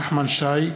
נחמן שי,